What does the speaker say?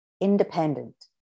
independent